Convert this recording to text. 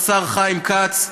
השר חיים כץ,